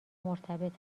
مرتبط